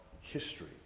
history